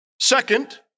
Second